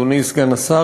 אדוני סגן השר,